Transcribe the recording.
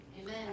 Amen